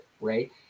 right